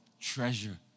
treasure